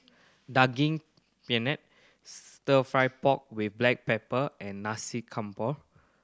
Daging Penyet Stir Fry pork with black pepper and Nasi Campur